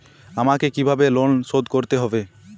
আমাকে কিভাবে লোন শোধ করতে হবে?